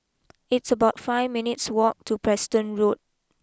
it's about five minutes walk to Preston Road